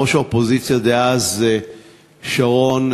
ראש האופוזיציה דאז שרון,